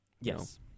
yes